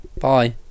bye